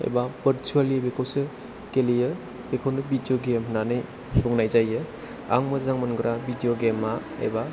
एबा भोर्चुवेलि बेखौसो गेलेयो बेखौनो भिदिय' गेम होननानै बुंनाय जायो आं मोजां मोनग्रा भिदिय' गेम आ एबा